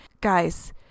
Guys